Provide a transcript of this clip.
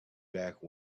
back